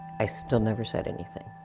i still never said anything.